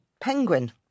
penguin